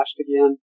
again